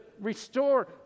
restore